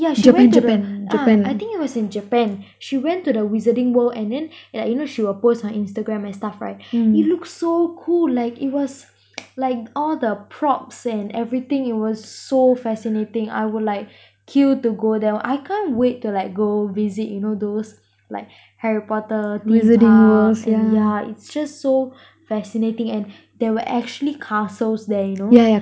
yeah she went to the ah I think it was in japan she went to the Wizarding World and then like you know she will post on Instagram and stuff right it looks so cool like it was like all the props and everything it was so fascinating I will like kill to go there I can't wait to like go visit you know those like harry potter theme park and yeah it's just so fascinating and there were actually castles there you know